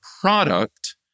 product